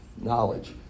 knowledge